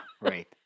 right